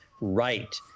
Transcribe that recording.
right